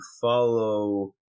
follow